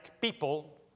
people